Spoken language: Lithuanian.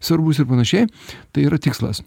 svarbus ir panašiai tai yra tikslas